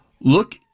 Look